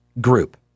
group